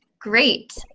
great.